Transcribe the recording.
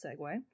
segue